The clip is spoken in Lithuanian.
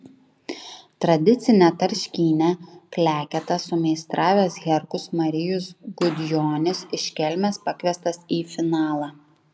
tradicinę tarškynę kleketą sumeistravęs herkus marijus gudjonis iš kelmės pakviestas į finalą